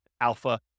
alpha